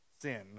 sin